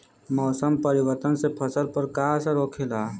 मौसम परिवर्तन से फसल पर का असर होखेला?